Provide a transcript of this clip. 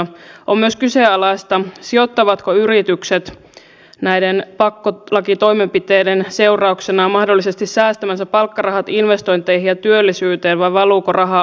on myös kyseenalaista sijoittavatko yritykset näiden pakkolakitoimenpiteiden seurauksena mahdollisesti säästämänsä palkkarahat investointeihin ja työllisyyteen vai valuuko raha osinkoihin